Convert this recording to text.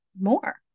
more